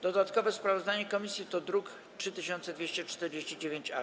Dodatkowe sprawozdanie komisji to druk nr 3249-A.